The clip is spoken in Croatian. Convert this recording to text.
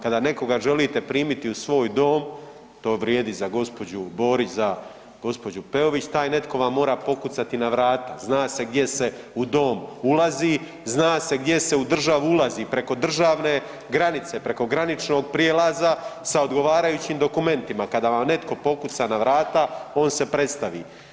Kada nekoga želite primiti u svoj dom to vrijedi za gospođu Borić, gospođu Peović taj netko vam mora pokucati na vrata, zna se gdje se u dom ulazi, zna se gdje se u državu ulazi, preko državne granice, preko graničnog prijelaza sa odgovarajućim dokumentima, kada vam netko pokuca na vrata on se predstavi.